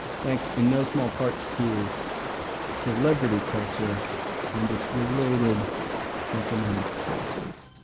thanks in no small part to celebrity culture and its related economic forces.